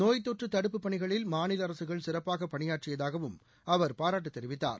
நோய்த்தொற்று தடுப்புப் பணிகளில் மாநில அரசுகள் சிறப்பாக பணியாற்றியதாகவும் அவர் பாராட்டு தெரிவித்தார்